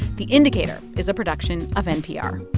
the indicator is a production of npr